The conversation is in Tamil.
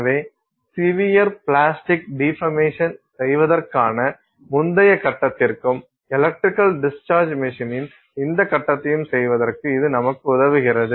எனவே சிவியர் பிளாஸ்டிக் டிபர்மேசன் செய்வதற்கான முந்தைய கட்டத்திற்கும் எலக்ட்ரிக்கல் டிஸ்சார்ஜ் மெஷினின் இந்த கட்டத்தையும் செய்வதற்கு இது நமக்கு உதவுகிறது